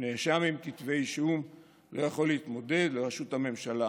שנאשם עם כתבי אישום לא יכול להתמודד על ראשות הממשלה